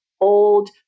old